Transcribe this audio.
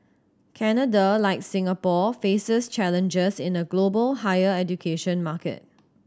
Canada like Singapore faces challenges in a global higher education market